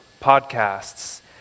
Podcasts